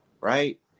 right